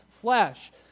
flesh